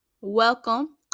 welcome